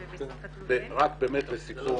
לסיכום.